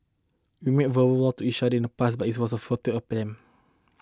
we made verbal to each other in the past but it was a futile attempt